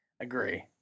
Agree